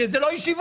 אלה לא ישיבות.